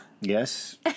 Yes